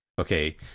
okay